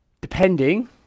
depending